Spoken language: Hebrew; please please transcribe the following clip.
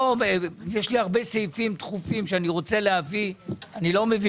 יש לי הרבה סעיפים דחופים שאני רוצה להביא ואני לא מביא